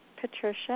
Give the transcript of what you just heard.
Patricia